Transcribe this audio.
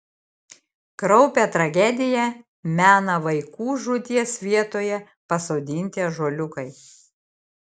kraupią tragediją mena vaikų žūties vietoje pasodinti ąžuoliukai